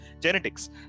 genetics